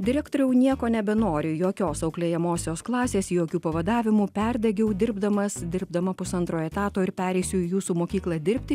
direktoriau nieko nebenoriu jokios auklėjamosios klasės jokių pavadavimų perdegiau dirbdamas dirbdama pusantro etato ir pereisiu į jūsų mokyklą dirbti